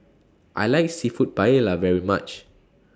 I like Seafood Paella very much